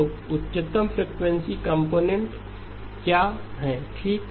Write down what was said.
तो उच्चतम frequency component क्या है ठीक है